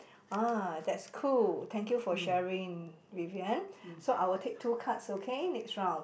ah that's cool thank you for sharing Vivian so I will take two cards okay next round